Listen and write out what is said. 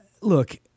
Look